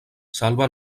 salva